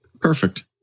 Perfect